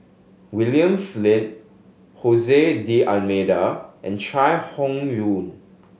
William Flint D'Almeida and Chai Hon Yoong